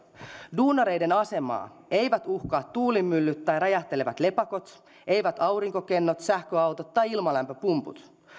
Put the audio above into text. duunareiden asemaa eivät uhkaa tuulimyllyt tai räjähtelevät lepakot eivät aurinkokennot sähköautot tai ilmalämpöpumput